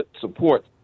support